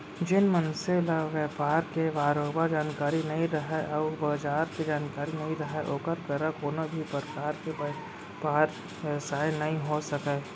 जेन मनसे ल बयपार के बरोबर जानकारी नइ रहय अउ बजार के जानकारी नइ रहय ओकर करा कोनों भी परकार के बयपार बेवसाय नइ हो सकय